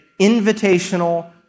invitational